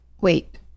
wait